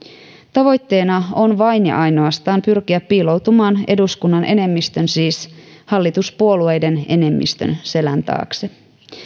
tavoitteena on vain ja ainoastaan pyrkiä piiloutumaan eduskunnan enemmistön siis hallituspuolueiden enemmistön selän taakse